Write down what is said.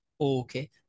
okay